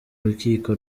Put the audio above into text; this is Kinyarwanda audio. rukiko